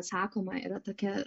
sakoma yra tokia